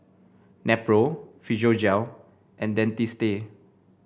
Nepro Physiogel and Dentiste